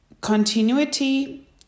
continuity